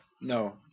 No